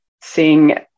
seeing